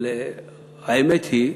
אבל האמת היא,